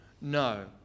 no